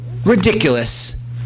Ridiculous